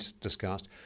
discussed